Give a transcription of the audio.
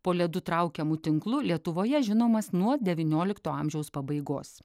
po ledu traukiamu tinklu lietuvoje žinomas nuo devyniolikto amžiaus pabaigos